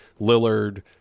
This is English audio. Lillard